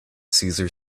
cesar